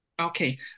Okay